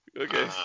Okay